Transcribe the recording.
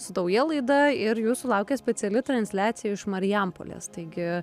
su nauja laida ir jūsų laukia speciali transliacija iš marijampolės taigi